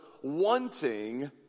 wanting